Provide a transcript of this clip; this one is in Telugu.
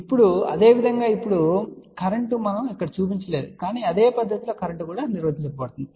ఇప్పుడు అదేవిధంగా ఇప్పుడు కరెంట్ మనము ఇక్కడ చూపించలేదు కానీ అదే పద్ధతిలో కరెంట్ నిర్వచించబడింది